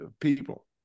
people